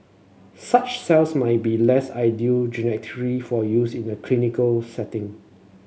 such cells might be less ideal genetically for use in the clinical setting